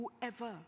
whoever